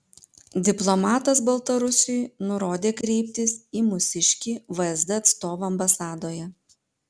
diplomatas baltarusiui nurodė kreiptis į mūsiškį vsd atstovą ambasadoje